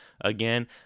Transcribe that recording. again